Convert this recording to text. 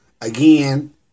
Again